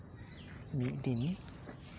ᱢᱤᱫ ᱫᱤᱱ